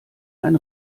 ein